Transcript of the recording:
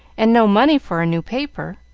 and no money for a new paper.